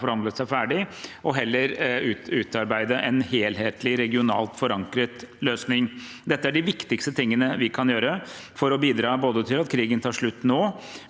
forhandlet seg ferdig, og heller utarbeide en helhetlig, regionalt forankret løsning. Dette er de viktigste tingene vi kan gjøre for å bidra til at krigen tar slutt nå,